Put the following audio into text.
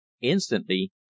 Instantly